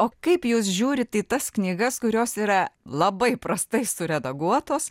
o kaip jūs žiūrit į tas knygas kurios yra labai prastai suredaguotos